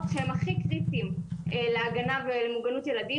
שהם הכי קריטיים להגנה ומוגנות ילדים.